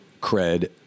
cred